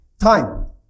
Time